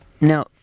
Now